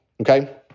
okay